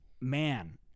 man